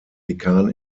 dekan